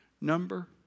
Number